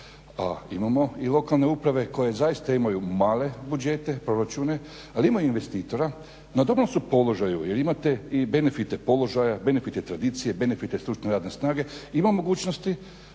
a imamo i lokalne uprave koje zaista imaju male budžete, proračune ali imaju investitora, na dobrom su položaju jer imate i benefite položaja, benefite tradicija, benefite stručne radne snage, ima mogućnosti